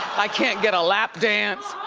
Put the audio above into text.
i can't get a lap dance.